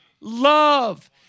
love